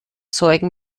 zeugen